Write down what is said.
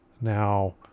now